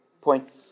point